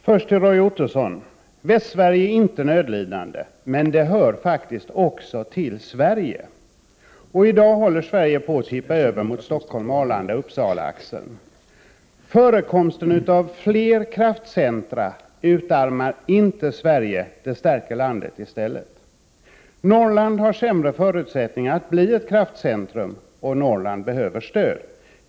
Herr talman! Jag vill först till Roy Ottosson säga att Västsverige inte är nödlidande, men det hör faktiskt också till Sverige. I dag håller Sverige på att tippa över mot Stockholm— Arlanda—Uppsala-axeln. Förekomsten av fler kraftcentra utarmar inte Sverige, det stärker i stället landet. Norrland har sämre förutsättningar att bli ett kraftcentrum, och Norrland behöver stöd.